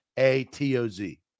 A-T-O-Z